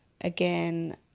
again